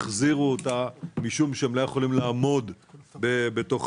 החזירו אותה משום שהם לא יכולים לעמוד בתהליך.